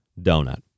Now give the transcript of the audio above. donut